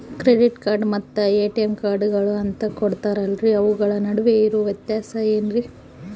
Credit card ಮತ್ತ ATM ಕಾರ್ಡುಗಳು ಅಂತಾ ಕೊಡುತ್ತಾರಲ್ರಿ ಅವುಗಳ ನಡುವೆ ಇರೋ ವ್ಯತ್ಯಾಸ ಏನ್ರಿ?